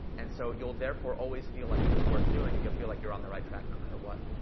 and so, you'll therefore always feel like it was worth doing and you'll feel like you're on the right track no matter what.